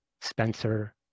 Spencer